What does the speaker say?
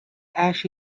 ash